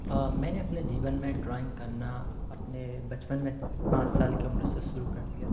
मैंने अपने जीवन में ड्राइंग करना अपने बचपन में पाँच साल कि उम्र से शुरू कर दिया था